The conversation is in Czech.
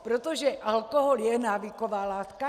Protože alkohol je návyková látka?